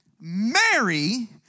Mary